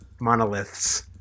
monoliths